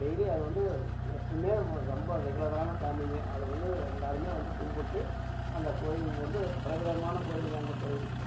daily அது வந்து எப்போவுமே ரொம்ப ரெகுலரான சாமிங்க அது வந்து எல்லாருமே வந்து கும்பிட்டு அந்த கோயில் வந்து பிரபலமான கோயில்ங்க அந்த கோயில்